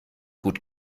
gut